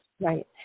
Right